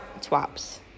Swaps